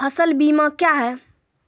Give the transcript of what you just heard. फसल बीमा क्या हैं?